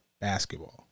basketball